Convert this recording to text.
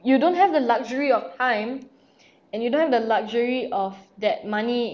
you don't have the luxury of time and you don't have the luxury of that money